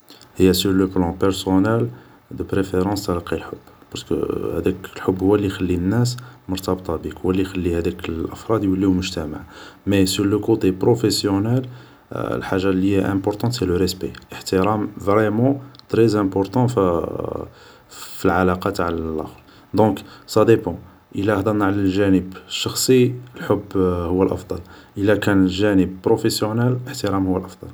هي سور لو بلون برسونال دو بريفيرونس ترقي الحب بارسكو هداك الحب هو لي خلي الناس مرتبطة بيك هو لي خلي هدوك الأفراد يوليو مجتمع مي سور لو كوتي بروفيسيونيل الحاجة لي هي امبورتونت سي لو ريسبي الاحترام فريمون تري امبورتون في العلاقة تاع لاخر دونك ساديبون إلا هدرنا على الجانب الشخصي الحب هو الافضل إلا كان الجانب بروفيسيونيل الاحترام هو الافضل